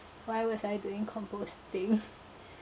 why was I doing composed thing